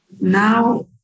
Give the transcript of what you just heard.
now